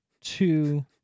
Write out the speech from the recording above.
two